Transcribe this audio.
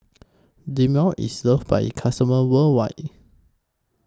Dermale IS loved By its customers worldwide